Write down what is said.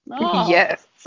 Yes